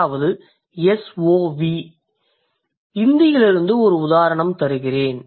அதாவது SOV இந்தியிலிருந்து ஒரு உதாரணம் தருகிறேன்